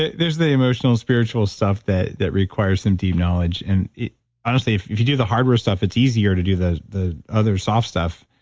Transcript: there's the emotional spiritual stuff that that requires some deep knowledge and honestly, if you do the harder stuff, it's easier to do the the other soft stuff.